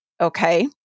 Okay